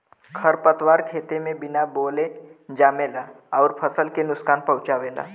खरपतवार खेते में बिना बोअले जामेला अउर फसल के नुकसान पहुँचावेला